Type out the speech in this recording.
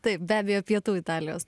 taip be abejo pietų italijos